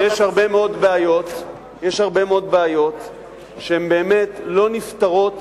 יש הרבה מאוד בעיות שהן באמת לא נפתרות